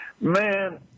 Man